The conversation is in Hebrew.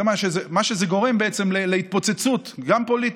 זה גורם בעצם להתפוצצות פוליטית.